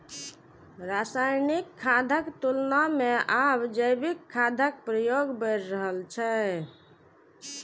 रासायनिक खादक तुलना मे आब जैविक खादक प्रयोग बढ़ि रहल छै